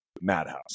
madhouse